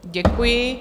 Děkuji.